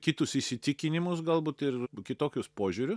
kitus įsitikinimus galbūt ir kitokius požiūrius